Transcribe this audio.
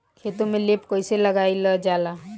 खेतो में लेप कईसे लगाई ल जाला?